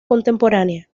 contemporánea